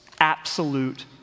Absolute